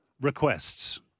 requests